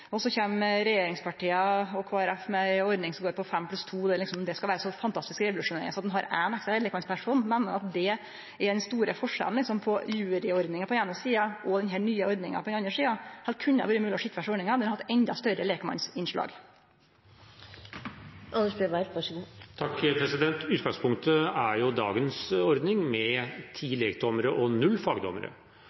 praktisk. Så kjem regjeringspartia og Kristeleg Folkeparti med ei ordning som går ut på fem pluss to. Det skal vere så fantastisk revolusjonerande at ein har éin ekstra lekmann, ein meiner at det liksom er den store forskjellen på juryordninga på den eine sida og den nye ordninga på den andre sida – eller kunne det ha vore mogleg og sett for seg ei ordning der ein hadde eit endå større lekmannsinnslag. Utgangspunktet er dagens ordning, med ti lekdommere og null